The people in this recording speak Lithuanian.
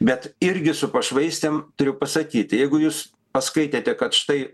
bet irgi su pašvaistėm turiu pasakyti jeigu jūs paskaitėte kad štai